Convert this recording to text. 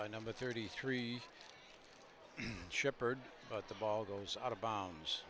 by number thirty three shepherd but the ball goes out of bo